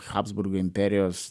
habsburgų imperijos